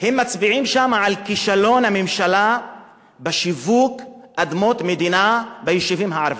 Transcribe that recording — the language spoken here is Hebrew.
הם מצביעים שם על כישלון הממשלה בשיווק אדמות מדינה ביישובים הערביים.